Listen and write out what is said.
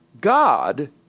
God